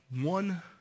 one